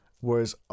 whereas